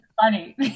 funny